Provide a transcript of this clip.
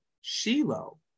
Shiloh